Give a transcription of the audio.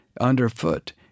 underfoot